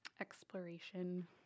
exploration